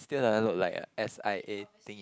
still doesn't look like a s_i_a thing